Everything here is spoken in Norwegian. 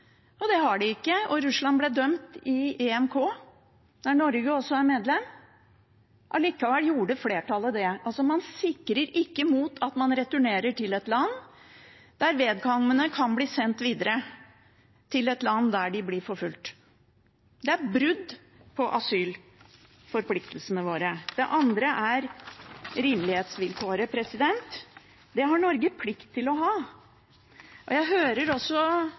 og Russland vi snakket om – og det har de ikke. Russland ble dømt i EMK, der Norge også er medlem. Allikevel gjorde flertallet det. Man sikrer ikke mot at man returnerer til et land der vedkommende kan bli sendt videre til et land der de blir forfulgt. Det er brudd på asylforpliktelsene våre. Det andre er rimelighetsvilkåret. Det har Norge plikt til å ha. Jeg hører